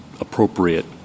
appropriate